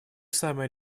самая